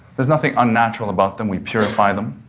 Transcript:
there's nothing unnatural about them. we purify them.